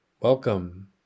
Welcome